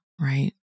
right